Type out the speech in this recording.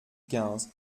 quinze